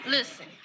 Listen